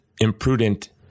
imprudent